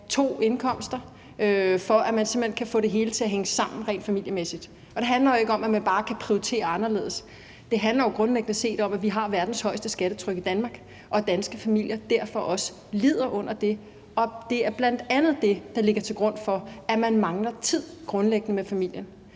to indkomster, for at man simpelt hen kan få det hele til at hænge sammen rent familiemæssigt. Det handler ikke om, at man bare kan prioritere anderledes; det handler jo grundlæggende set om, at vi har verdens højeste skattetryk i Danmark, og at danske familier derfor også lider under det. Det er bl.a. det, der ligger til grund for, at man grundlæggende mangler tid med familien.